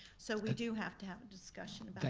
so we do have to have a discussion about